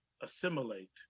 assimilate